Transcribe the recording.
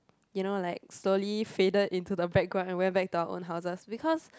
you know like slowly faded into the background and went back to our own houses because